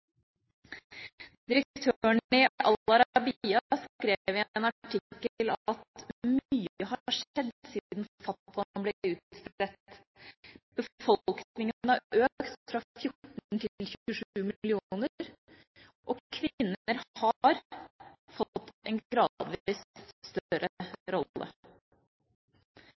Al Arabiya skrev i en artikkel at mye har skjedd siden fatwaen ble utstedt – befolkningen har økt fra 14 millioner til 27 millioner, og kvinner har fått en gradvis